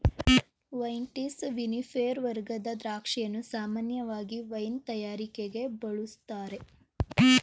vitis vinifera ವರ್ಗದ ದ್ರಾಕ್ಷಿಯನ್ನು ಸಾಮಾನ್ಯವಾಗಿ ವೈನ್ ತಯಾರಿಕೆಗೆ ಬಳುಸ್ತಾರೆ